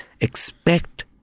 expect